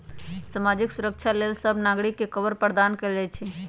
सामाजिक सुरक्षा लेल सभ नागरिक के कवर प्रदान कएल जाइ छइ